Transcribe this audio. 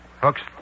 Hooks